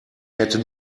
hätte